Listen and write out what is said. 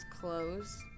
clothes